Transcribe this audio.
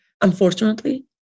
unfortunately